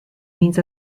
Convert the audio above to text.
means